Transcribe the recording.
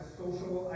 social